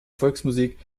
volksmusik